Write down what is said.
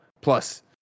plus